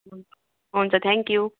हुन्छ thank you